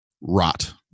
rot